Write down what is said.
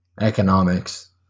economics